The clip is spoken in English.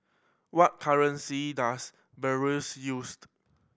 what currency does Belarus used